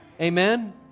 Amen